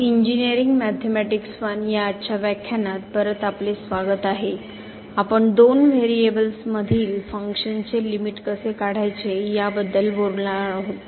engineering mathematics 1 या आजच्या व्याख्यानांत परत आपले स्वागत आहेआपण दोन व्हेरिएबल्समधील फंक्शन चे लिमिट कसे काढायचे याबद्दल बोलनार आहोत